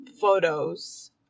photos